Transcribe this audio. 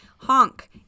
Honk